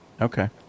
Okay